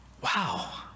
wow